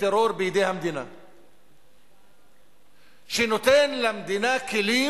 ומשפט לצורך הכנתה לקריאה שנייה ושלישית.